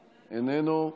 איננו: